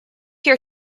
your